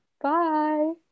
bye